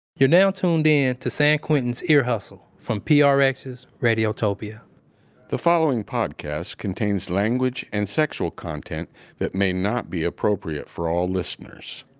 you're now tuned in to san quentin's ear hustle from ah prx's radiotopia the following podcast contains language and sexual content that may not be appropriate for all listeners